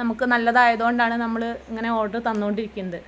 നമുക്ക് നല്ലതായതോണ്ടാണ് നമ്മൾ ഇങ്ങനെ ഓഡറ് തന്നോണ്ടിരിക്കണത്